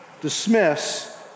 dismiss